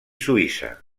suïssa